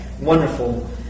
wonderful